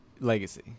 Legacy